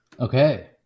Okay